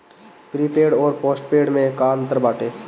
Prepaid अउर postpaid में का अंतर बाटे?